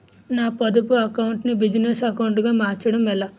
నా పొదుపు అకౌంట్ నీ బిజినెస్ అకౌంట్ గా మార్చడం ఎలా?